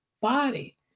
body